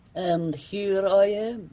and here i am,